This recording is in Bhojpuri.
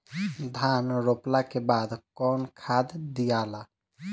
धान रोपला के बाद कौन खाद दियाला?